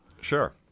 Sure